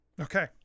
okay